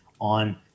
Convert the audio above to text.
on